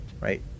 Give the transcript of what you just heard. right